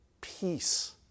peace